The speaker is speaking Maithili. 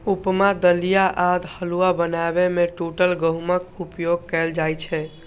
उपमा, दलिया आ हलुआ बनाबै मे टूटल गहूमक उपयोग कैल जाइ छै